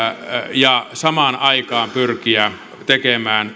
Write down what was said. ja samaan aikaan pyrkiä tekemään